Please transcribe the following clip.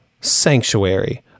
Sanctuary